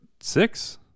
six